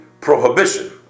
prohibition